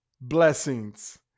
blessings